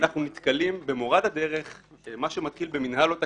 אנחנו נתקלים במורד הדרך במה שמתחיל במנהל לא תקין,